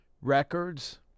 Records